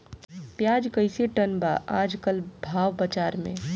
प्याज कइसे टन बा आज कल भाव बाज़ार मे?